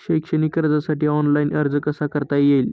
शैक्षणिक कर्जासाठी ऑनलाईन अर्ज कसा करता येईल?